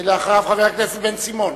אחריו, חבר הכנסת בן-סימון.